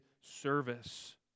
service